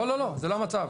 לא, זה לא המצב.